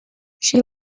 she